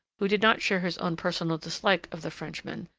who did not share his own personal dislike of the frenchman,